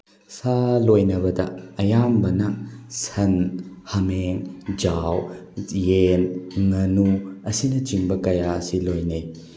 ꯁꯥ ꯂꯣꯏꯅꯕꯗ ꯑꯌꯥꯝꯕꯅ ꯁꯟ ꯍꯥꯃꯦꯡ ꯌꯥꯎ ꯌꯦꯟ ꯉꯥꯅꯨ ꯑꯁꯤꯅꯆꯤꯡꯕ ꯀꯌꯥ ꯑꯁꯤ ꯂꯣꯏꯅꯩ